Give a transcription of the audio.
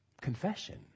confession